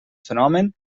fenomen